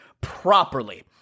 properly